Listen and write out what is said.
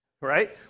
Right